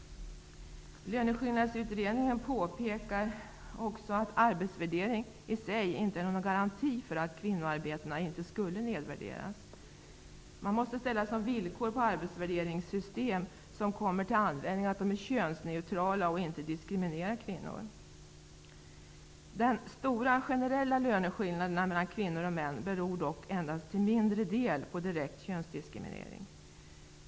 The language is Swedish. Löneskillnadsutredningen påpekar också att arbetsvärdering i sig inte är någon garanti för att kvinnoarbetena inte skall nedvärderas. Ett villkor måste därför vara att de arbetsvärderingssystem som kommer till användning är könsneutrala och inte diskriminerar kvinnor. De stora generella löneskillnaderna mellan kvinnor och män beror dock endast till mindre del på direkt könsdiskriminering.